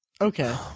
Okay